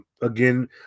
Again